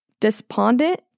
despondent